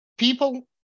People